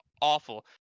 awful